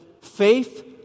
Faith